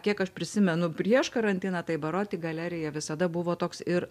kiek aš prisimenu prieš karantiną tai baroti galerija visada buvo toks ir